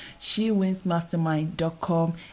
shewinsmastermind.com